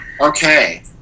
Okay